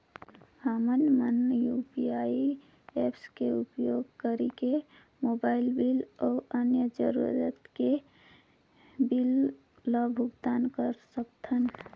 हमन मन UPI apps के उपयोग करिके मोबाइल बिल अऊ अन्य जरूरत के बिल ल भुगतान कर सकथन